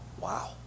Wow